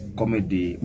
comedy